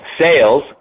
sales